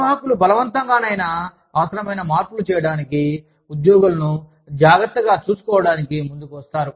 నిర్వాహకులు బలవంతంగానైనా అవసరమైన మార్పులు చేయడానికి ఉద్యోగులను జాగ్రత్తగా చూసుకోవడానికి ముందుకు వస్తారు